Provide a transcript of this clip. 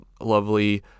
lovely